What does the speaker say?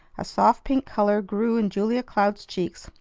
a soft pink color grew in julia cloud's cheeks,